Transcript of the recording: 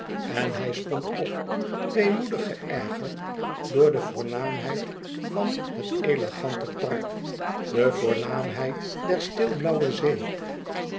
en hij stond op weemoedig geërgerd door de voornaamheid van het elegante park de voornaamheid der stilblauwe zee